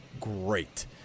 great